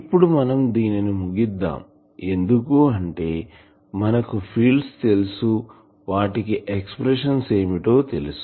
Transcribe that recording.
ఇప్పుడు మనం దీనిని ముగిద్దాం ఎందుకు అంటే మనకు ఫీల్డ్స్ తెలుసు వాటికి ఎక్సప్రెషన్ ఏమిటో తెలుసు